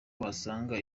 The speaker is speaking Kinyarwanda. wasanga